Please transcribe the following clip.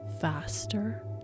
faster